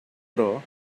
però